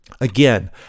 Again